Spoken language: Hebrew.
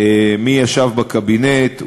מי ישב בקבינט,